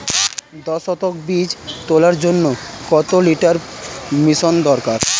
দশ শতক বীজ তলার জন্য কত লিটার মিশ্রন দরকার?